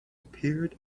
appeared